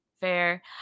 Fair